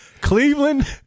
Cleveland